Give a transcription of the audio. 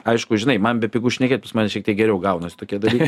aišku žinai man bepigu šnekėt pas mane šiek tiek geriau gaunasi tokie dalykai